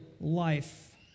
life